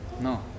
No